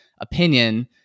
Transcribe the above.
opinion